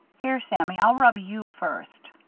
here, sammy, i'll rub you first.